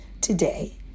today